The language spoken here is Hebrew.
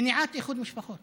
מניעת איחוד משפחות